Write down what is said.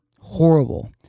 horrible